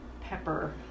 pepper